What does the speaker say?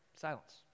Silence